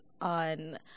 on